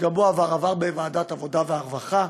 שהוא עבר בוועדת העבודה והרווחה.